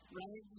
right